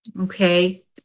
Okay